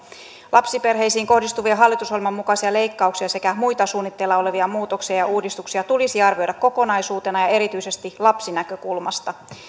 lapsiperheisiin kohdistuvia hallitusohjelman mukaisia leikkauksia sekä muita suunnitteilla olevia muutoksia ja uudistuksia tulisi arvioida kokonaisuutena ja erityisesti lapsinäkökulmasta